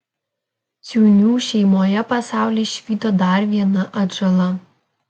ciūnių šeimoje pasaulį išvydo dar viena atžala